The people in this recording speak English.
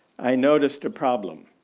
i noticed a problem.